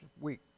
week